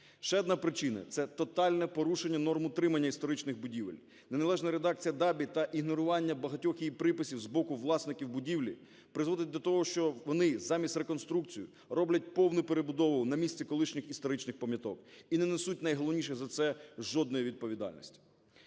Ще одна причина – це тотальне порушення норм утримання історичних будівель. Неналежна реакція ДАБІ та ігнорування багатьох її приписів з боку власників будівлі призводить до того, що вони замість реконструкції роблять повну перебудову на місці колишніх історичних пам'яток і не несуть, найголовніше, за це жодної відповідальності.